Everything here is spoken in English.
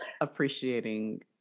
appreciating